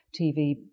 TV